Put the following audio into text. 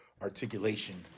articulation